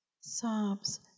Sobs